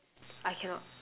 I cannot